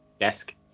desk